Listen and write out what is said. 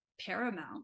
paramount